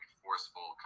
forceful